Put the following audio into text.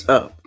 up